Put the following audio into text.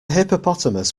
hippopotamus